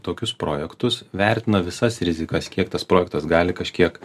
tokius projektus vertino visas rizikas kiek tas projektas gali kažkiek